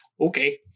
Okay